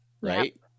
right